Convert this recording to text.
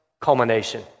culmination